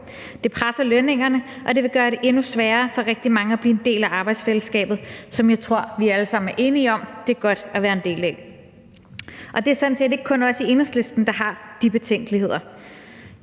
Det presser lønningerne, og det vil gøre det endnu sværere for rigtig mange at blive en del af arbejdsfællesskabet, som jeg tror vi alle sammen er enige om det er godt at være en del af. Det er sådan set ikke kun os i Enhedslisten, der har de betænkeligheder.